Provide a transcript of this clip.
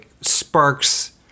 sparks